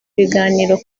biganiro